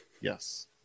Yes